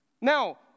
now